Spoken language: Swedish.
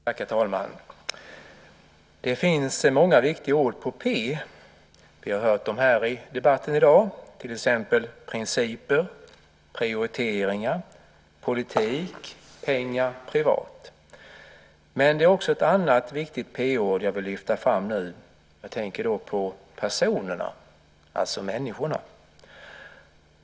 Herr talman! Det finns många viktiga ord på p. Vi har hört dem här i debatten i dag, till exempel principer, prioriteringar, politik, pengar, privat. Men det är också ett annat viktigt p-ord jag vill lyfta fram nu. Jag tänker då på personerna, alltså människorna.